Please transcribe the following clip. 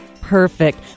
Perfect